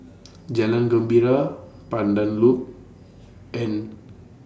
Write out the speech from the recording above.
Jalan Gembira Pandan Loop and